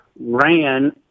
ran